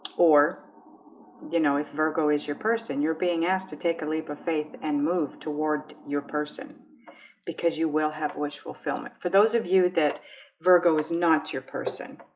or you know if virgo is your person you're being asked to take a leap of faith and move toward your person because you will have wish fulfillment for those of you that virgo is not your person.